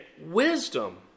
wisdom